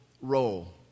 role